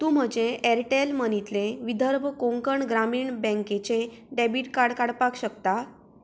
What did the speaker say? तूं म्हजें ऍरटॅल मनीतलें विदर्भ कोंकण ग्रामीण बँकेचें डॅबीट कार्ड काडपाक शकता